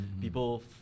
people